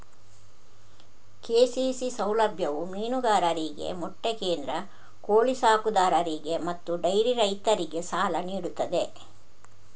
KCC ಸೌಲಭ್ಯವು ಮೀನುಗಾರರಿಗೆ, ಮೊಟ್ಟೆ ಕೇಂದ್ರ, ಕೋಳಿ ಸಾಕುದಾರರಿಗೆ ಮತ್ತು ಡೈರಿ ರೈತರಿಗೆ ಸಾಲ ನೀಡುತ್ತದೆ